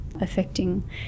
affecting